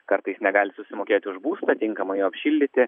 kartais negali susimokėti už būstą tinkamai jo apšildyti